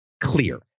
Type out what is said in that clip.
clear